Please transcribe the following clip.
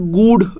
good